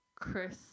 Chris